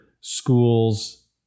schools